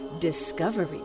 Discovery